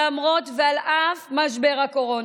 למרות ועל אף משבר הקורונה.